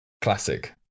classic